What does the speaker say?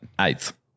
eighth